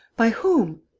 by whom?